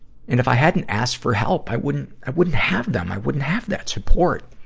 and if i hadn't asked for help, i wouldn't, i wouldn't have them, i wouldn't have that support.